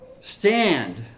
Stand